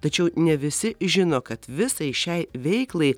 tačiau ne visi žino kad visai šiai veiklai